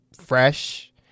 fresh